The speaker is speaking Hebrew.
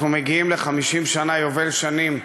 אנחנו מגיעים ל-50 שנה, יובל שנים,